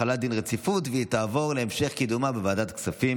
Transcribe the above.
חמישה בעד, אין מתנגדים, אין נמנעים.